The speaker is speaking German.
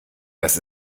das